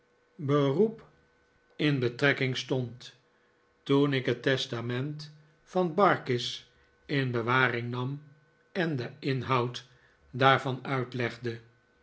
beroep in betrekking stond toen ik het testament van barkis in bewaring nam en den inho'ud daarvan uitlegde